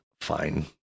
fine